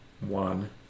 One